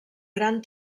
gran